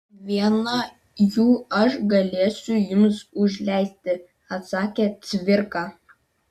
vieną jų aš galėsiu jums užleisti atsakė cvirka